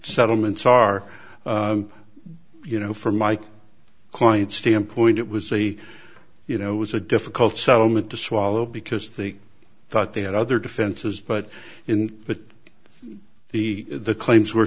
settlements are you know for my client standpoint it was a you know it was a difficult settlement to swallow because they thought they had other defenses but in but the claims were